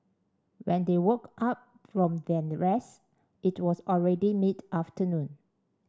when they woke up from their rest it was already mid afternoon